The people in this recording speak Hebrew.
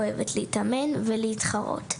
אוהבת להתאמן ולהתחרות.